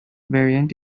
variant